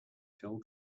fell